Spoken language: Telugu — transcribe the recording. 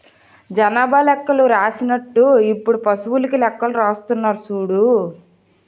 జనాభా లెక్కలు రాసినట్టు ఇప్పుడు పశువులకీ లెక్కలు రాస్తున్నారు సూడు